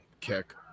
kick